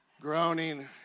Groaning